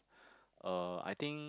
uh I think